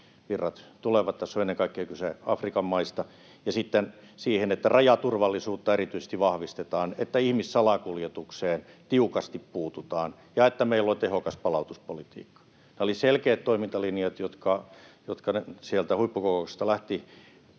virrat tulevat — tässä on ennen kaikkea kyse Afrikan maista —, ja sitten siihen, että rajaturvallisuutta erityisesti vahvistetaan, että ihmissalakuljetukseen tiukasti puututaan ja että meillä on tehokas palautuspolitiikka. Eli selkeät toimintalinjat lähtivät sieltä huippukokouksesta nyt